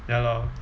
ya lor